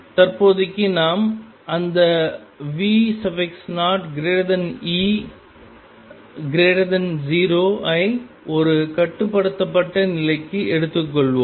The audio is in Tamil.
தற்போதைக்கு நாம் அந்தV0E0 ஐ ஒரு கட்டுப்படுத்தப்பட்ட நிலைக்கு எடுத்துக்கொள்வோம்